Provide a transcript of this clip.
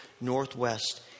northwest